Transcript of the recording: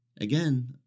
again